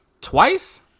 twice